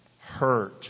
Hurt